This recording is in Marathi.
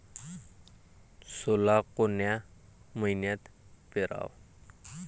सोला कोन्या मइन्यात पेराव?